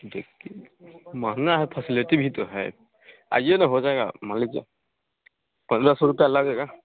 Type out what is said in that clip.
देखिए महँगा है फसलेटी भी तो है आइए न हो जाएगा मान लीजिए पंद्रह सौ रुपया लगेगा